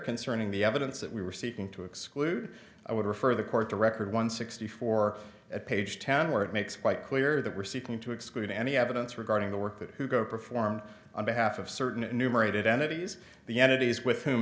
concerning the evidence that we were seeking to exclude i would refer the court to record one sixty four at page town where it makes quite clear that we're seeking to exclude any evidence regarding the work that to go perform on behalf of certain enumerated entities the entities with whom